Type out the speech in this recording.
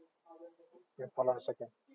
ya hold on a second